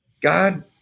God